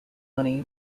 money